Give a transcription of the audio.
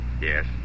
Yes